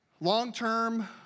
Long-term